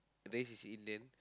race is Indian